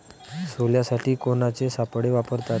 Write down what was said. सोल्यासाठी कोनचे सापळे वापराव?